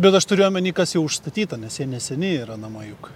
bet aš turiu omeny kas jau užstatyta nes jie neseni yra namai juk